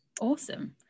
Awesome